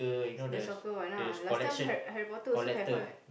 the the soccer one ah last time harr~ Harry-Potter also have [what]